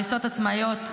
הריסות עצמאיות,